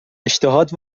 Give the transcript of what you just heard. اشتهات